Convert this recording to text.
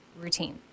routine